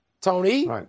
Tony